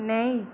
नेईं